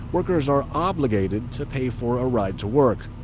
workers are obligated to pay for a ride to work.